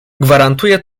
gwarantuje